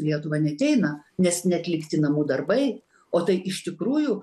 lietuvą neateina nes neatlikti namų darbai o tai iš tikrųjų